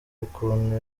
ukuntu